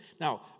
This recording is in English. Now